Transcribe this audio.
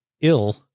ill